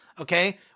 Okay